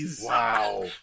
Wow